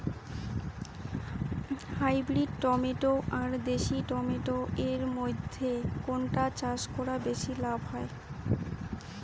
Hybrid tomato আর দেশি tomato এর মইধ্যে কোনটা চাষ করা বেশি লাভ হয়?